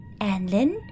Anlin